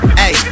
hey